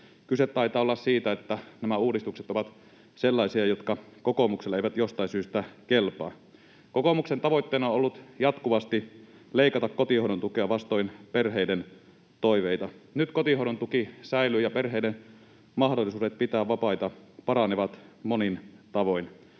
kyse taitaa olla siitä, että nämä uudistukset ovat sellaisia, jotka kokoomukselle eivät jostain syystä kelpaa. Kokoomuksen tavoitteena on ollut jatkuvasti leikata kotihoidontukea vastoin perheiden toiveita. Nyt kotihoidontuki säilyy ja perheiden mahdollisuudet pitää vapaita paranevat monin tavoin.